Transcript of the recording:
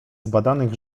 zbadanych